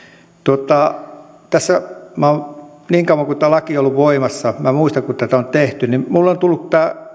tässä kun tämä laki on ollut voimassa minä muistan kun tätä on tehty minulle on tullut